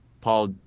Paul